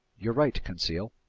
you're right, conseil.